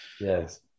Yes